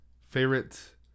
favorite